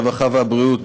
הרווחה והבריאות,